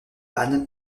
anne